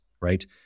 right